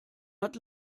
hat